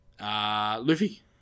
Luffy